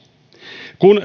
kun